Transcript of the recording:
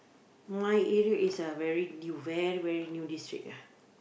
my area is uh very new very very new district ah